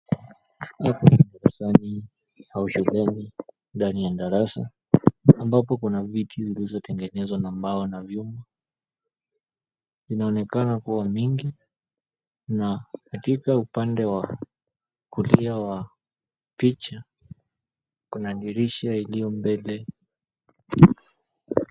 Huku ni darasani au shuleni ndani ya darasa ambapo kuna viti vilizotengenezwa na mbao na vyuma. Zinaonekana kuwa mingi na katika upande wa kulia wa picha kuna dirisha ilio mbele.